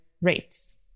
rates